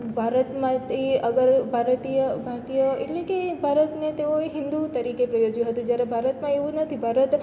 ભારતમાંથી અગર ભારતીય ભારતીય એટલે કે ભારતને તેઓએ હિન્દુ તરીકે પ્રયોજ્યું હતું જ્યારે ભારતમાં એવું નથી ભારત